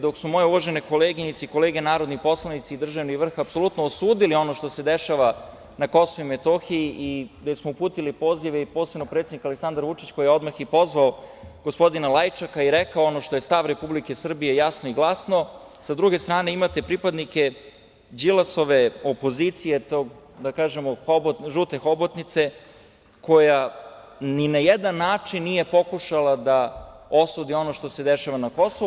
Dok su moje uvažene koleginice i kolege narodni poslanici i državni vrh apsolutno osudili ono što se dešava na KiM i gde smo uputili pozive, posebno predsednik Aleksandar Vučić, koji je odmah i pozvao gospodina Lajčaka i rekao ono što je stav Republike Srbije jasno i glasno, sa druge strane imate pripadnike Đilasove opozicije, žute hobotnice, koja ni na jedan način nije pokušala da osudi ono što se dešava na Kosovu.